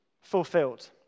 fulfilled